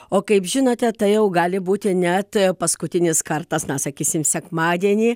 o kaip žinote tai jau gali būti net paskutinis kartas na sakysim sekmadienį